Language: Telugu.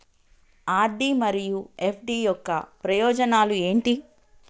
ఆర్.డి మరియు ఎఫ్.డి యొక్క ప్రయోజనాలు ఏంటి?